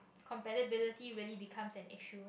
compatibility really becomes an issue